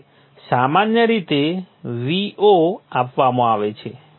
અને સામાન્ય રીતે Vo આપવામાં આવે છે